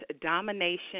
Domination